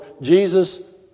Jesus